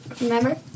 Remember